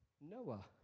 Noah